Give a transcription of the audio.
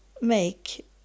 make